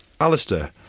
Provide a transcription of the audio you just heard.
Alistair